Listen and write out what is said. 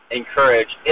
encourage